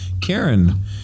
karen